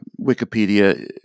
Wikipedia